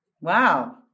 Wow